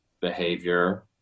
behavior